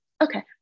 okay